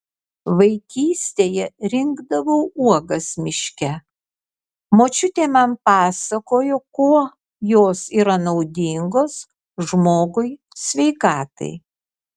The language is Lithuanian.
vaikystėje rinkdavau uogas miške močiutė man pasakojo kuo jos yra naudingos žmogui sveikatai